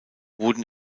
wurden